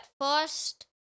first